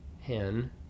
hen